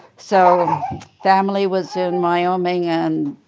so family was in wyoming, and